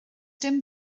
dim